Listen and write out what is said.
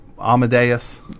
Amadeus